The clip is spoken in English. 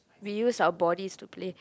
we use our bodies to play